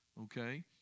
Okay